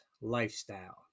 lifestyle